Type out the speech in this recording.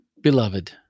Beloved